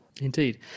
Indeed